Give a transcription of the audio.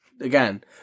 again